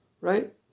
right